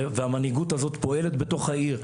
והמנהיגות הזאת פועלת בתוך העיר,